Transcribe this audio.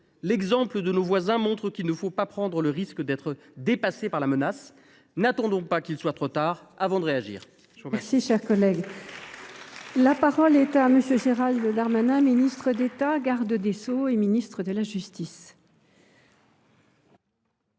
L’exemple de nos voisins montre qu’il ne faut pas prendre le risque d’être dépassé par la menace. N’attendons pas qu’il soit trop tard avant de réagir.